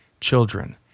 children